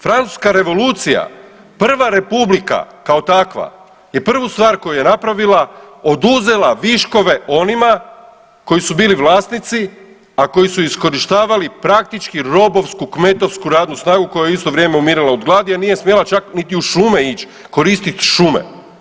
Francuska revolucija, prva republika kao takva je prvu stvar koju je napravila oduzela viškove onima koji su bili vlasnici, a koji su iskorištavali praktički robovsku, kmetovsku radnu snagu koja u isto vrijeme umirala od gladi, a nije smjela čak niti u šume ići koristit šume.